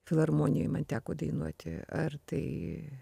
filharmonijoj man teko dainuoti ar tai